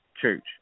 Church